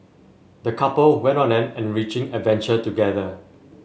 the couple went on an enriching adventure together